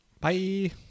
Bye